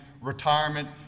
retirement